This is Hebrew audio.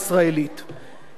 הלכתי וחיפשתי,